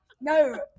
No